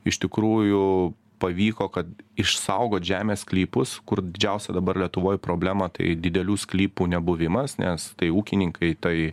iš tikrųjų pavyko kad išsaugot žemės sklypus skurdžiausia dabar lietuvoj problema tai didelių sklypų nebuvimas nes tai ūkininkai tai